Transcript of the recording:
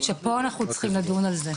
שפה אנחנו צריכים לדון על זה,